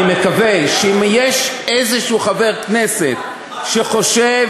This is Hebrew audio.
אני מקווה שאם יש איזשהו חבר כנסת שחושב,